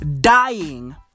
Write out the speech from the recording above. Dying